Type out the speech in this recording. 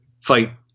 fight